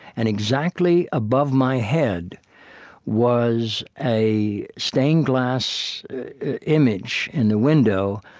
and exactly above my head was a stained glass image, in the window,